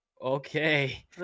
Okay